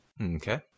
Okay